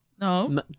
No